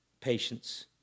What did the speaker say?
Patience